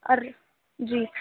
اور جی